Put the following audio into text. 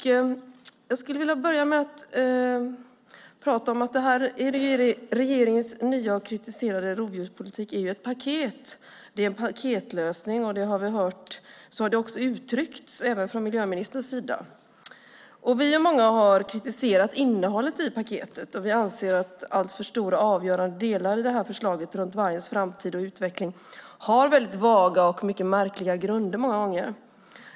Jag skulle vilja börja med att prata om att regeringens nya och kritiserade rovdjurspolitik ju är ett paket. Det är en paketlösning, och så har det också uttryckts även från miljöministerns sida. Vi och många har kritiserat innehållet i paketet. Vi anser att alltför stora och avgörande delar i detta förslag om vargens framtid och utveckling har vaga och många gånger mycket märkliga grunder.